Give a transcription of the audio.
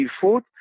food